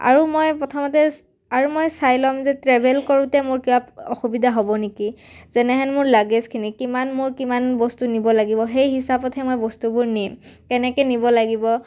আৰু মই প্ৰথমতে আৰু মই চাই ল'ম যে ট্ৰেভেল কৰোঁতে মোৰ কিবা অসুবিধা হ'ব নেকি যেনেহেন মোৰ লাগেজখিনি কিমান মোৰ কিমান বস্তু নিব লাগিব সেই হিচাপতহে মই বস্তুবোৰ নিম কেনেকৈ নিব লাগিব